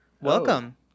Welcome